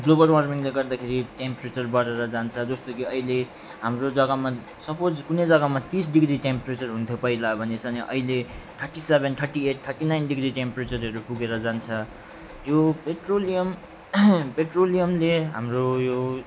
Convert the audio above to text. global वार्मिङले गर्दाखेरि temperature बढेर जान्छ जस्तो कि अहिले हाम्रो जग्गामा सपोज कुनै जग्गामा तिस डिग्री टेम्परेचर हुन्थ्यो पहिला भने छ भने अहिले thirty seven thirty eight thirty nine degree टेम्परेचरहरू पुगेर जान्छ यो पेट्रोलियम पेट्रोलियमले हाम्रो यो